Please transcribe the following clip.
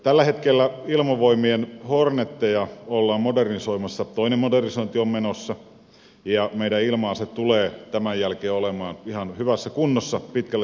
tällä hetkellä ilmavoimien horneteja ollaan modernisoimassa toinen modernisointi on menossa ja meidän ilma aseemme tulevat tämän jälkeen olemaan ihan hyvässä kunnossa pitkälle tulevaisuuteen